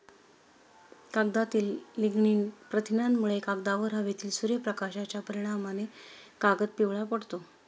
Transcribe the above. कागदातील लिग्निन प्रथिनांमुळे, कागदावर हवेतील सूर्यप्रकाशाच्या परिणामाने कागद पिवळा पडतो